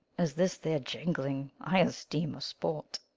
as this their jangling i esteem a sport.